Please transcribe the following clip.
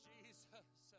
Jesus